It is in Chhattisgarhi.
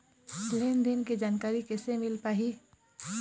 लेन देन के जानकारी कैसे मिल पाही?